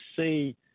see